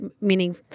meaning